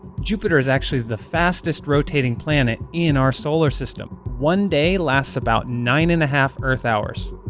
jupiter is actually the fastest rotating planet in our solar system. one day lasts about nine-and-a-half earth hours.